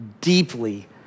deeply